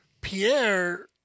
Pierre